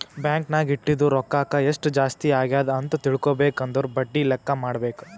bank ನಾಗ್ ಇಟ್ಟಿದು ರೊಕ್ಕಾಕ ಎಸ್ಟ್ ಜಾಸ್ತಿ ಅಗ್ಯಾದ್ ಅಂತ್ ತಿಳ್ಕೊಬೇಕು ಅಂದುರ್ ಬಡ್ಡಿ ಲೆಕ್ಕಾ ಮಾಡ್ಬೇಕ